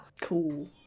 Cool